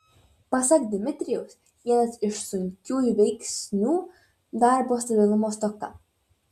pasak dmitrijaus vienas iš sunkiųjų veiksnių darbo stabilumo stoka